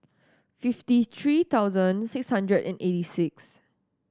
fifty three thousand six hundred and eighty six